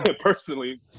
personally